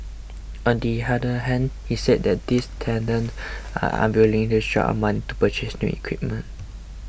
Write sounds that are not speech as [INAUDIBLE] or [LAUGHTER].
on the other hand he said that these tenants are unwilling to shell out money to purchase new equipment [NOISE]